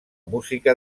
música